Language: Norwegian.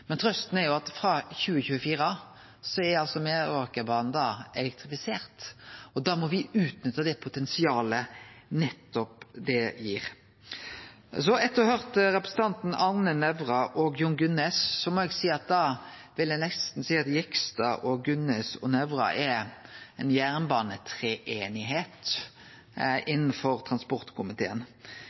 men trøysta er at frå 2024 er Meråkerbanen elektrifisert. Da må me utnytte det potensialet som det gir. Etter å ha høyrt representantane Arne Nævra og Jon Gunnes vil eg nesten seie at Jegstad, Gunnes og Nævra er ei «jernbanetreeining» i transportkomiteen.